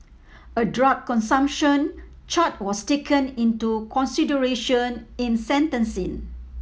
a drug consumption charge was taken into consideration in sentencing